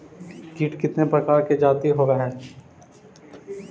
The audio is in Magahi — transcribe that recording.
कीट कीतने प्रकार के जाती होबहय?